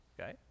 Okay